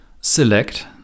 select